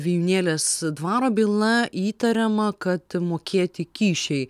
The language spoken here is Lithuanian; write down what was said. vijūnėlės dvaro byla įtariama kad mokėti kyšiai